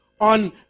on